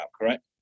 correct